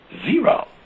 zero